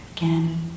again